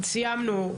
סיימנו.